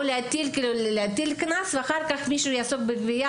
או להטיל קנס ואחר כך מישהו יעסוק בגבייה,